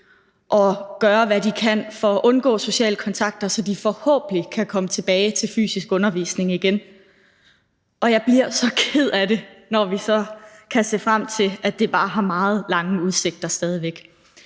og gøre, hvad de kan for at undgå social kontakt, så de forhåbentlig kan komme tilbage til fysisk undervisning igen. Jeg bliver så ked af det, når vi så kan se frem til, at det stadig væk har meget lange udsigter.